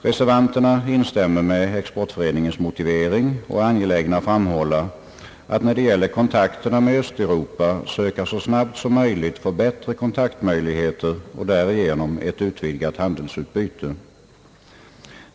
Reservanterna instämmer med Exportföreningens motivering och är angelägna att framhålla att när det gäller kontakterna med Östeuropa vårt land bör söka så snabbt som möjligt få bättre kontaktmöjligheter och därigenom ett utvidgat handelsutbyte.